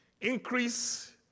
Increase